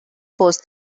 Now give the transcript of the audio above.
force